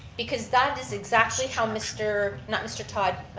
because that is exactly how mr, not mr. todd,